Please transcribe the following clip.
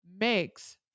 makes